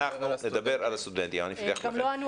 תיכף אנחנו נדבר על הסטודנטים, אני מבטיח לכם.